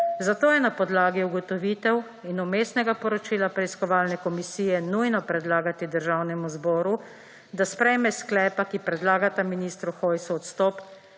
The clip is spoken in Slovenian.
Zato je na podlagi ugotovitev in Vmesnega poročila preiskovalne komisije nujno predlagati Državnemu zboru, da sprejme sklepa, ki predlagata ministru Hojsu odstop